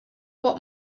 what